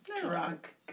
drunk